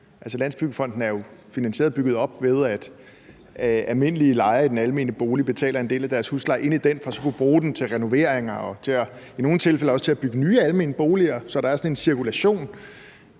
Landsbyggefonden er jo finansieret og bygget op, ved at almindelige lejere i den almene bolig betaler en del af deres husleje ind i den for så at kunne bruge dem til renoveringer og i nogle tilfælde også til at bygge nye almene boliger, så der er sådan en cirkulation,